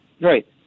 Right